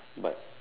but